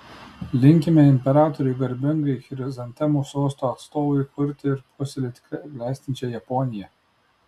linkime imperatoriui garbingam chrizantemų sosto atstovui kurti ir puoselėti klestinčią japoniją